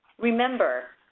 remember!